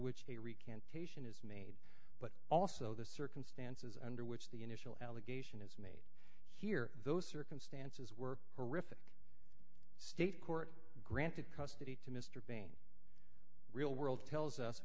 which but also the circumstances under which the initial allegation is made here those circumstances were horrific state court granted custody to mr bean real world tells us